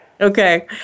Okay